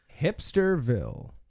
Hipsterville